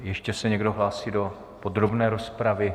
Ještě se někdo hlásí do podrobné rozpravy?